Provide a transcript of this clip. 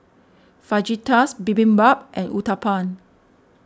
Fajitas Bibimbap and Uthapam